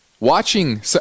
Watching